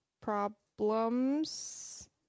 problems